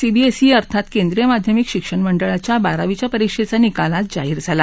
CBSE अर्थात केंद्रीय माध्यमिक शिक्षण मंडळाच्या बारावीच्या परीक्षेचा निकाल आज जाहीर झाला